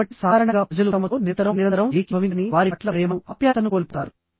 కాబట్టి సాధారణంగా ప్రజలు తమతో నిరంతరం నిరంతరం ఏకీభవించని వారి పట్ల ప్రేమను ఆప్యాయతను కోల్పోతారు